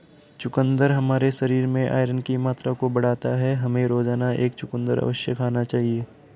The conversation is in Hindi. चुकंदर हमारे शरीर में आयरन की मात्रा को बढ़ाता है, हमें रोजाना एक चुकंदर अवश्य खाना चाहिए